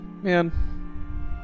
Man